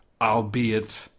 albeit